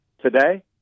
today